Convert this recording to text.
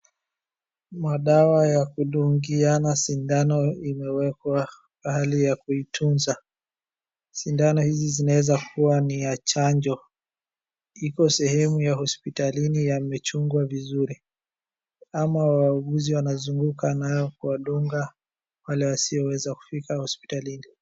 Madawa ya kudungiana sindano imewekwa pahali ya kuitunza. Sindano hizi zinaeza kuwa ni ya chanjo. Ipo sehemu ya hospitalini yamechungwa vizuri ama wauguzi wanazunguka nayo kuwadungwa wale wasioweza kufika hospitalini.